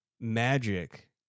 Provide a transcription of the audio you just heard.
magic